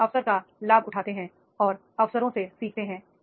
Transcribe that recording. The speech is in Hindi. वे अवसर का लाभ उठाते हैं और अव सरों से सी खते हैं